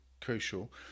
crucial